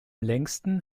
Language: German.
längsten